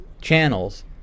channels